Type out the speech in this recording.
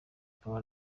akaba